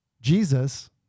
Jesus